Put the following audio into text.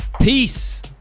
Peace